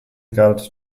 galt